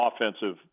offensive